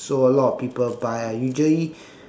so a lot of people buy ah usually